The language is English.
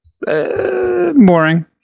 boring